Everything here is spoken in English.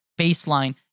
baseline